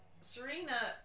Serena